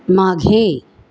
मागे